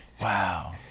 Wow